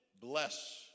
bless